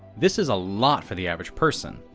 this is a lot for the average person,